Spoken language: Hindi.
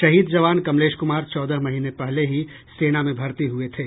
शहीद जवान कमलेश कुमार चौदह महीने पहले ही सेना में भर्ती हुए थे